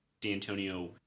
D'Antonio